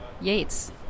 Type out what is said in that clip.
Yates